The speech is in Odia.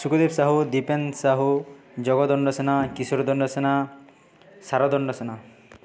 ସୁଖଦୀପ ସାହୁ ଦୀପେନ ସାହୁ ଜଗ ଦଣ୍ଡସେନା କିଶୋର ଦଣ୍ଡସେନା ସାର ଦଣ୍ଡସେନା